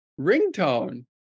ringtone